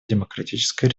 демократической